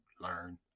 learn